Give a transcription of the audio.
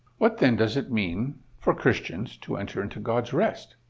what, then, does it mean for christians to enter into god's rest?